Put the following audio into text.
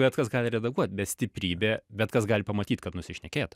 bet kas gali redaguot be stiprybė bet kas gali pamatyt kad nusišnekėjot